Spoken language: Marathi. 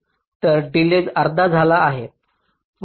तर डिलेज अर्धा झाला आहे